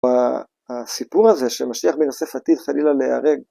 ‫בסיפור הזה, שמשיח בן יוסף עתיד ‫חלילה להיהרג.